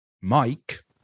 Mike